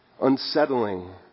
unsettling